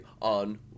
on